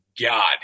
God